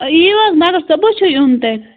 یِیُو حظ مگر صُبحَس چھُ یُن تَیٚلہِ